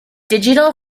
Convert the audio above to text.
digital